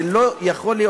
זה לא יכול להיות.